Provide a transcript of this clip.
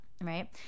right